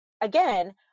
again